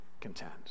content